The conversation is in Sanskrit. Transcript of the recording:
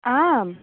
आम्